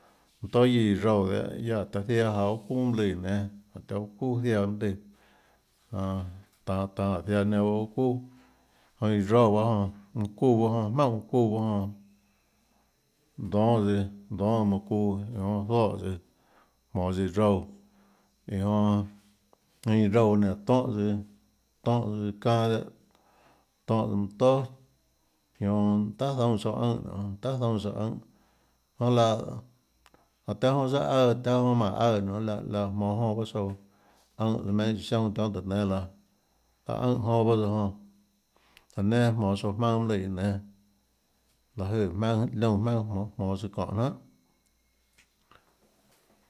Mønã tóà guiâ iã roúã dehâ guiaâ jáhå taã ziaã janå mønâ çuuàlùã guióå nénâ taã mønâ çuuà ziaã mønâ lùã mm tanå tanå ziaã nenã bahâ mønâ çuuà jonã iã roúã bahâ jonã mønâ çuuà jmaùnhà mønã çuuã bahâ jonã dónâ tsøã dónâ mønã çuuã iã jonã zoè tsøã jmonå tsøã roúã iã jonã iã roúã bahâ nenã tónhã tsøã tónhã tsøã çanâ dehâ tónhã tsøã mønã tóà iã jonã manã tahà zoúnâ tsouã ùnhã nionê tahà zoúnâ tsouã ùnhã jonã laå jánhå taã jonã tsøã aùã taã jonã mánhå aùã nionê láhå láhå jmonå jonã bahâ tsouã ùnhã meinhâ sionâ tionhà tùhå nénâ laã laå ùnhã jonã bahâ tsøã jonã laå nenã jmonå tsouã jmaønâ mønâ lùã guióå nénâ láhå jøè jmaønâ liónã jmaønâ jmoå jmonã tsøã çonê jnanà.